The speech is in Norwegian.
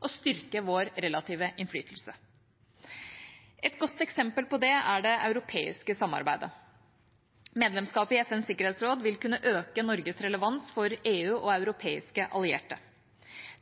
og styrke vår relative innflytelse. Et godt eksempel på det er det europeiske samarbeidet. Medlemskapet i FNs sikkerhetsråd vil kunne øke Norges relevans for EU og europeiske allierte.